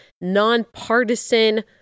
nonpartisan